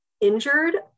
injured